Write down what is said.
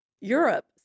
Europe